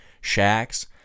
shacks